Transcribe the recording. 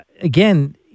again